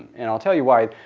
and i'll tell you why.